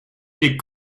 lès